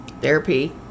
Therapy